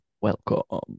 Welcome